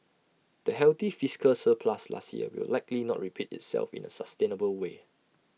the healthy fiscal surplus last year will likely not repeat itself in A sustainable way